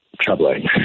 troubling